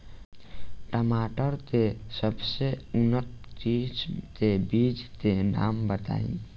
टमाटर के सबसे उन्नत किस्म के बिज के नाम बताई?